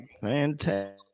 fantastic